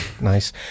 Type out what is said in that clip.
Nice